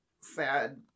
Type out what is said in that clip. sad